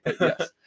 Yes